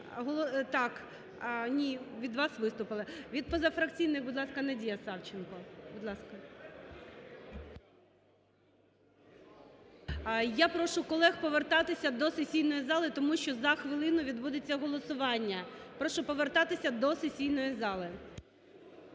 ні, від вас виступили. Від позафракційних, будь ласка, Надія Савченко, будь ласка. Я прошу колег повертатися до сесійної зали, тому що за хвилину відбудеться голосування. Прошу повертатися до сесійної зали.